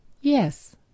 Yes